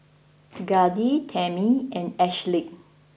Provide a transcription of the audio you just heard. Grady Tammy and Ashleigh